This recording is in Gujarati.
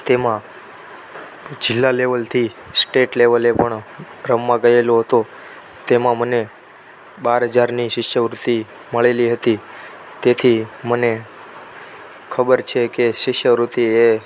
તેમાં જિલ્લા લેવલથી સ્ટેટ લેવલે પણ રમવા ગયેલો હતો તેમાં મને બાર હજારની શિષ્યવૃત્તિ મળેલી હતી તેથી મને ખબર છે કે શિષ્યવૃત્તિ એ